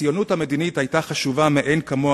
הציונות המדינית היתה חשובה מאין כמוה